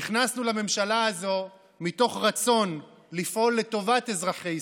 נכנסנו לממשלה הזאת מתוך רצון לפעול לטובת אזרחי ישראל.